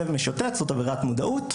כלב משוטט זאת עבירת מודעות,